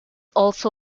also